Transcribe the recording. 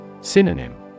Synonym